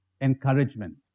encouragement